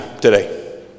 today